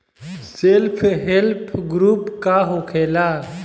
Self help group का होखेला?